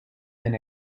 been